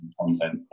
content